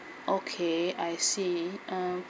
okay I see uh